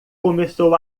começou